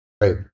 Right